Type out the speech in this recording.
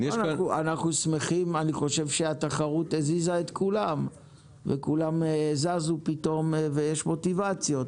אני חושב שהתחרות הזיזה את כולם וכולם זזו ויש מוטיבציות.